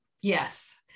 yes